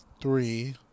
three